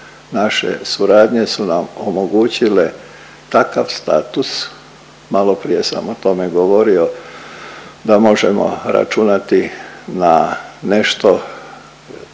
naše suradnje su nam omogućile takav status, maloprije sam o tome govorio da možemo računati na nešto